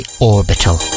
orbital